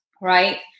right